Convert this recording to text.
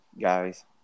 guys